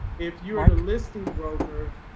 if you're at a listing broker,